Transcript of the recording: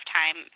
time